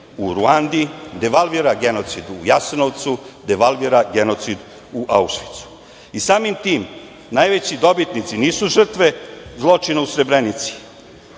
u Ruandi, devalvira genocid u Jasenovcu, devalvira genocid u Aušvicu. Samim tim najveći dobitnici nisu žrtve zločina u Srebrenici